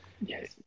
Yes